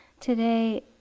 Today